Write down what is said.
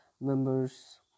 members